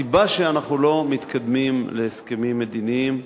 הסיבה שאנחנו לא מתקדמים להסכמים מדיניים,